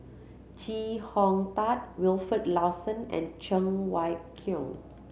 Chee Hong Tat Wilfed Lawson and Cheng Wai Keung